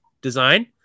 design